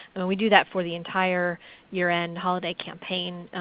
we do that for the entire year-end holiday campaign,